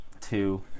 two